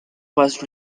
was